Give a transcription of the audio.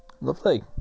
Lovely